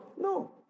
No